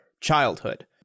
childhood